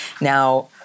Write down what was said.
Now